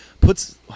puts